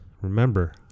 remember